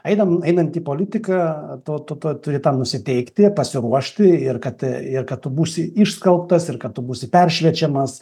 einam einant į politiką to tu turi turi tam nusiteikti pasiruošti ir kad ir kad tu būsi išskalbtas ir kad tu būsi peršviečiamas